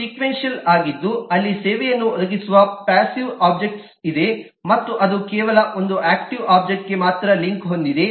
ಒಂದು ಸಿಕ್ವೇನ್ಸಿಯಲ್ ಆಗಿದ್ದು ಅಲ್ಲಿ ಸೇವೆಯನ್ನು ಒದಗಿಸುವ ಪಾಸ್ಸಿವ್ ಒಬ್ಜೆಕ್ಟ್ ಇದೆ ಮತ್ತು ಅದು ಕೇವಲ ಒಂದು ಆಕ್ಟಿವ್ ಒಬ್ಜೆಕ್ಟ್ಗೆ ಮಾತ್ರ ಲಿಂಕ್ ಹೊಂದಿದೆ